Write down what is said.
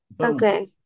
Okay